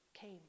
came